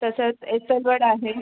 तसंच एस्सेलवर्ल्ड आहे